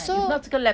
ya lah so